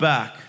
Back